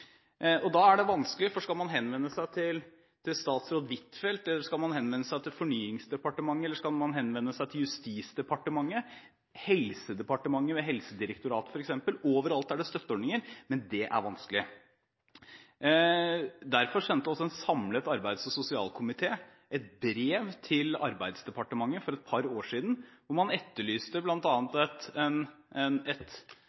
viktig. Da er det vanskelig, for skal man henvende seg til statsråd Huitfeldt, eller skal man henvende seg til Fornyingsdepartementet, eller skal man henvende seg til Justisdepartementet, Helsedepartementet ved Helsedirektoratet, f.eks. – overalt er det støtteordninger, men det er vanskelig. Derfor sendte også en samlet arbeids- og sosialkomité et brev til Arbeidsdepartementet for et par år siden, hvor man, med utgangspunkt i saken Retretten og innspill vi hadde fått der, etterlyste